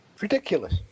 Ridiculous